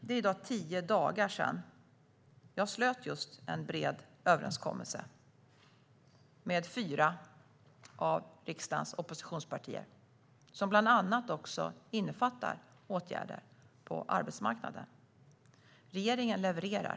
Det är i dag tio dagar sedan jag slöt en bred överenskommelse med fyra av riksdagens oppositionspartier som bland annat också innefattar åtgärder på arbetsmarknaden. Regeringen levererar.